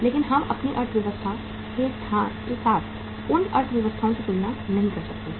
इसलिए हम अपनी अर्थव्यवस्था के साथ उन अर्थव्यवस्थाओं की तुलना नहीं कर सकते हैं